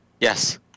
Yes